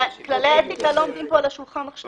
ככלי האתיקה לא עומדים פה על השולחן עכשיו.